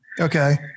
Okay